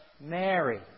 Mary